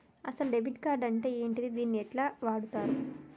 అసలు debit card అంటే ఏంటిది? దీన్ని ఎట్ల వాడుతరు?